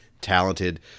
talented